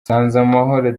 nsanzamahoro